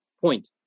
point